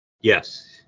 Yes